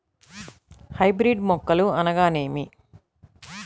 Hybrid మొక్కలు అనగానేమి?